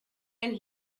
and